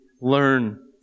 learn